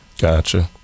Gotcha